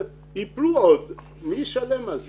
ייפלו עוד פועלים ומי ישלם על זה?